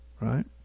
right